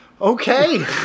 okay